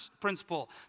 principle